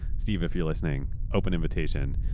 steve, if you're listening, open invitation,